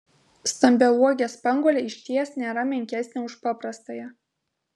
stambiauogė spanguolė išties nėra menkesnė už paprastąją